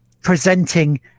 presenting